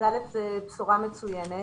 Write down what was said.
בשורה מצוינת.